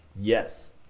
Yes